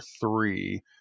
three